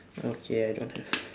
okay I don't have